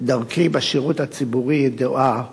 דרכי בשירות הציבורי ידועה